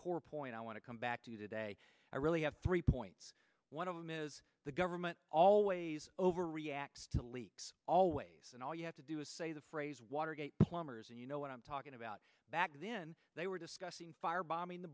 core point i want to come back to today i really have three points one of them is the government always overreacts to leaks always and all you have to do is say the phrase watergate plumbers and you know what i'm talking about back then they were discussing firebombing the